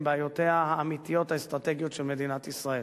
בעיותיה האמיתיות האסטרטגיות של מדינת ישראל.